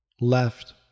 Left